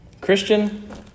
Christian